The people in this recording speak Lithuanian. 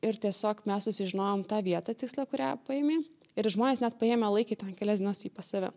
ir tiesiog mes susižinojom tą vietą tikslią kurią paėmė ir žmonės net paėmę laikė ten kelias dienas jį pas save